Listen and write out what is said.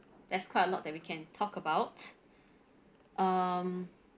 that's quite a lot that we can talk about um